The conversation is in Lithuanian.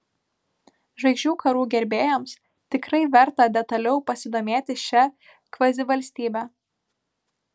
žvaigždžių karų gerbėjams tikrai verta detaliau pasidomėti šia kvazivalstybe